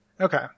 okay